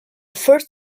first